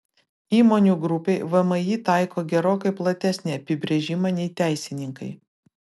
įmonių grupei vmi taiko gerokai platesnį apibrėžimą nei teisininkai